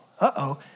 uh-oh